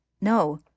No